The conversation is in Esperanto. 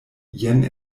jen